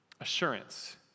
Assurance